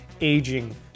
aging